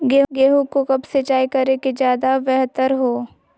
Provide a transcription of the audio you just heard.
गेंहू को कब सिंचाई करे कि ज्यादा व्यहतर हो?